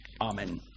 Amen